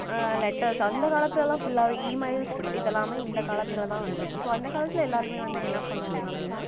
letters அந்த காலத்திலெலாம் ஃபுல்லாகவே ஈமெயில்ஸ் இதெல்லாமே இந்த காலத்தில் தான் வந்துருக்குது ஸோ அந்த காலத்தில் எல்லாருமே வந்து என்ன பண்ணுவாங்க அப்படின்னா